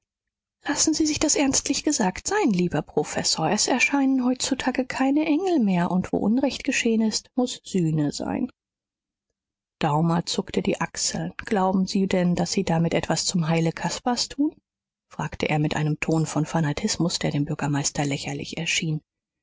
lassen sie sich das ernstlich gesagt sein lieber professor es erscheinen heutzutage keine engel mehr und wo unrecht geschehen ist muß sühne sein daumer zuckte die achseln glauben sie denn daß sie damit etwas zum heile caspars tun fragte er mit einem ton von fanatismus der dem bürgermeister lächerlich erschien